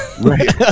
Right